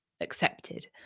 accepted